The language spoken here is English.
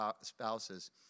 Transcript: spouses